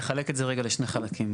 נחלק את זה לרגע לשני חלקים.